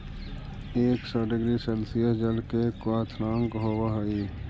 एक सौ degree Celsius जल के क्वथनांक होवऽ हई